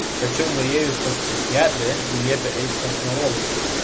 tačiau nuėjus pas psichiatrę ji liepė eiti pas neurologus